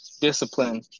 Discipline